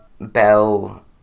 bell